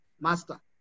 master